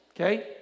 okay